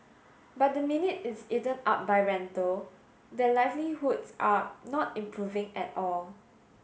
but the minute it's eaten up by rental their livelihoods are not improving at all